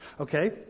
Okay